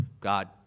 God